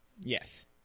Yes